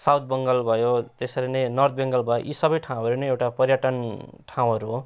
south Bengal भयो त्यसरी नै नर्थ बेङ्गल भयो यी सबै ठाउँहरू नै एउटा पर्यटन ठाउँहरू हो